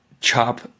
chop